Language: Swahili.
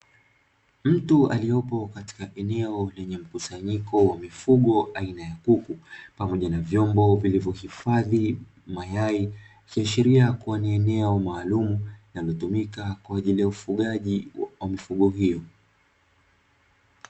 Mtu aliyopo katika eneo lenye mkusanyiko wenye mifugo aina ya kuku, pamoja na vyombo vilivyohifadhi mayai, ikiashiria kuwa ni eneo maalumu linalotumika kwa ajili ya ufugaji wa mifugo hiyo.